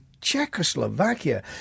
Czechoslovakia